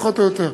פחות או יותר.